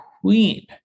queen